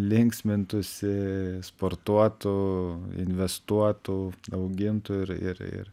linksmintųsi sportuotų investuotų augintų ir ir ir